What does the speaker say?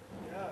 בעד ועדת חינוך.